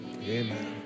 amen